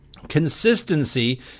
Consistency